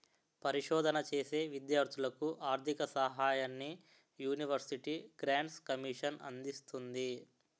పరిశోధన చేసే విద్యార్ధులకు ఆర్ధిక సహాయాన్ని యూనివర్సిటీ గ్రాంట్స్ కమిషన్ అందిస్తుంది